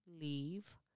leave